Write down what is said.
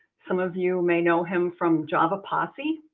some of you may know him from java posse.